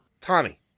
Tommy